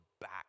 back